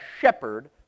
shepherd